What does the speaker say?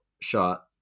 shot